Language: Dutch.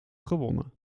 gewonnen